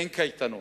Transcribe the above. אין קייטנות,